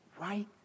right